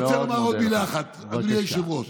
אני רוצה לומר עוד מילה אחת, אדוני היושב-ראש.